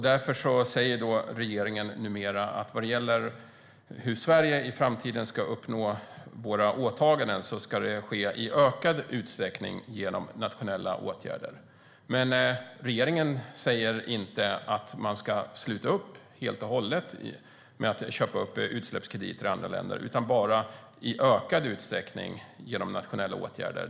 Därför säger regeringen numera att vad gäller hur Sverige i framtiden ska uppnå sina åtaganden ska det i ökad utsträckning ske genom nationella åtgärder. Men regeringen säger inte att man helt och hållet ska sluta köpa utsläppskrediter i andra länder utan bara att man i ökad utsträckning ska uppnå det här genom nationella åtgärder.